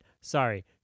sorry